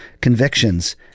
convictions